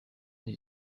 die